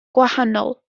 gwahanol